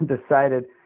decided